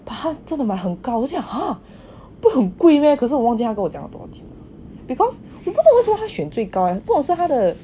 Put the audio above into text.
他真的买很高我就 like !huh! 不会贵 meh 可是我忘记他跟我讲是多少钱 because 我不懂为什么他选最高 eh that's why 他的